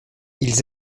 ils